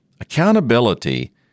accountability